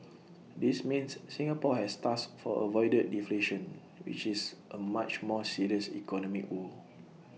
this means Singapore has thus far avoided deflation which is A much more serious economic woe